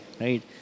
right